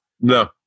No